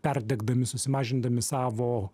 perdegdami susimažindami savo